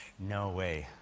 no way.